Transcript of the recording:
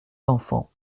d’enfant